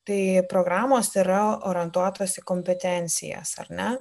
tai programos yra orientuotos į kompetencijas ar ne